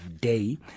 Day